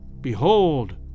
Behold